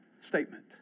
statement